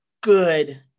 good